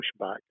pushback